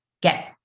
get